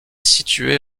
situé